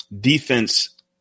defense